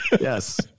Yes